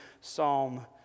Psalm